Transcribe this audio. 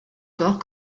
corps